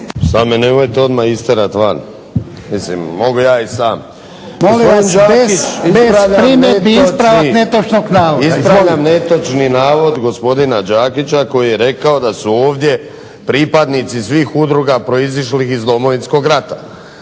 sam. Gospodin Đakić ... .../Upadica Jarnjak: Molim vas bez primjedbi, ispravak netočnog navoda./... Ispravljam netočni navod gospodina Đakića koji je rekao da su ovdje pripadnici svih udruga proizišlih ih Domovinskog rata.